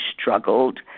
struggled